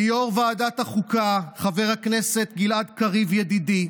וליו"ר ועדת החוקה חבר הכנסת גלעד קריב, ידידי,